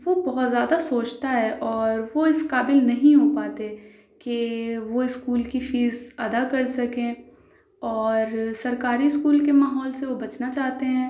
وہ بہت زیادہ سوچتا ہے اور وہ اِس قابل نہیں ہو پاتے کہ وہ اسکول کی فیس ادا کر سکیں اور سرکاری اسکول کے ماحول سے وہ بچنا چاہتے ہیں